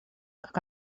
как